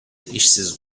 işsiz